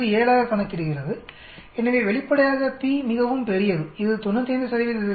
17 ஆக கணக்கிடுகிறதுஎனவே வெளிப்படையாக p மிகவும் பெரியதுஇது 95 0